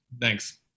Thanks